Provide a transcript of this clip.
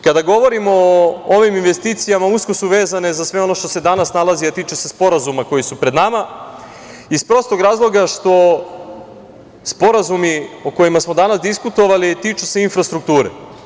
Kada govorimo o ovim investicijama, usko su vezane za sve ono što se danas nalazi, a tiče se sporazuma koji su pred nama, iz prostog razloga što sporazumi o kojima smo danas diskutovali tiču se infrastrukture.